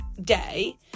day